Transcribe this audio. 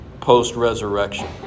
post-resurrection